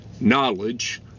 knowledge